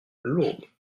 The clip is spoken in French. lourdes